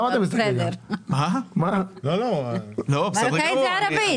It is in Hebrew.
ינון, מרוקאית היא ערבית.